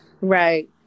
right